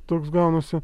toks gaunasi